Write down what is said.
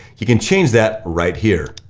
you can change that right here.